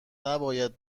نباید